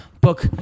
book